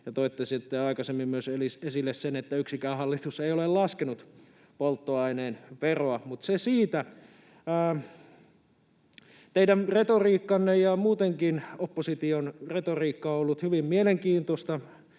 Toitte aikaisemmin esille myös sitten sen, että yksikään hallitus ei ole laskenut polttoaineen veroa, mutta se siitä. Teidän retoriikkanne ja muutenkin opposition retoriikka on ollut hyvin mielenkiintoista.